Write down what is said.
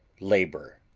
labor,